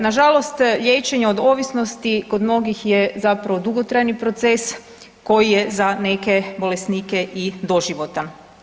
Nažalost liječenje od ovisnosti kod mnogih je zapravo dugotrajni proces koji je za neke bolesnike i doživotan.